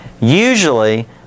Usually